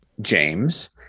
James